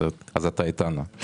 אז אתה איתנו.